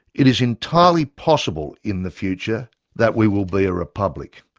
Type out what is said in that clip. it is entirely possible in the future that we will be a republic,